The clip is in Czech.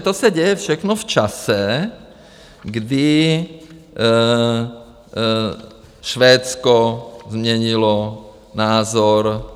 To se děje všechno v čase, kdy Švédsko změnilo názor.